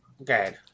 Okay